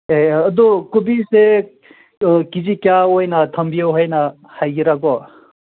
ꯑꯦ ꯑꯗꯨ ꯀꯣꯕꯤꯁꯦ K G ꯀꯌꯥ ꯑꯣꯏꯅ ꯊꯝꯕꯤꯌꯣ ꯍꯥꯏꯅ ꯍꯥꯏꯒꯦꯔꯥꯀꯣ